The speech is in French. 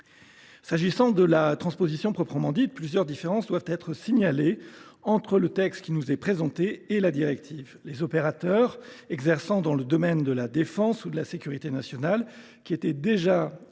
qui concerne la transposition proprement dite, plusieurs différences doivent être signalées entre le texte qui nous est présenté et la directive. Les opérateurs exerçant dans le domaine de la défense ou de la sécurité nationale, qui étaient déjà soumis